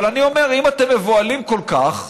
אבל אני אומר, אם אתם מבוהלים כל כך,